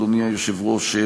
אדוני היושב-ראש,